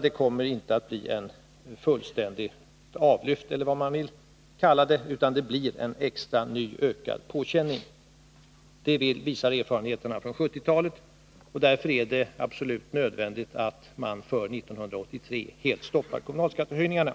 Det kommer inte att bli ett fullständigt avlyft, eller vad man vill kalla det, utan det blir en extra, ökad påkänning. Det visar erfarenheterna från 1970-talet, och därför är det absolut nödvändigt att man för 1983 helt stoppar kommunalskattehöjningarna.